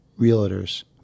realtors